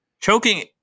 choking